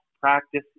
practice